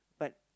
but